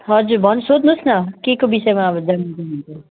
हजुर भन् सोध्नुहोस् न के को विषयमा